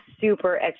super